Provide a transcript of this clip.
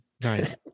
Nice